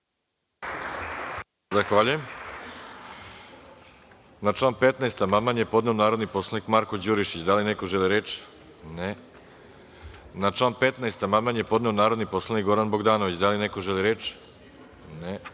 Zahvaljujem. Na član 15. amandman je podneo narodni poslanik Marko Đurišić. Da li neko želi reč? (Ne)Na član 15. amandman je podneo narodni poslanik Goran Bogdanović. Da li neko želi reč?